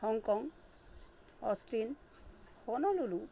Hong Kong Austin Honolulu